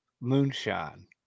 moonshine